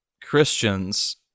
Christians